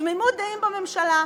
תמימות דעים בממשלה.